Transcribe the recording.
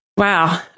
Wow